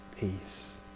peace